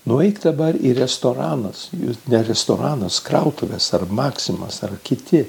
nueik dabar į restoranas jūs ne restoranas krautuvės ar maximos ar kiti